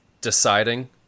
deciding